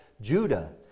Judah